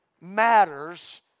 matters